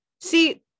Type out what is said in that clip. see